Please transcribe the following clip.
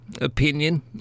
opinion